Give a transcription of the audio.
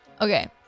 Okay